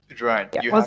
right